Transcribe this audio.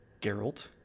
Geralt